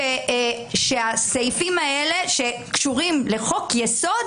הסעיפים האלה שקשורים לחוק-יסוד,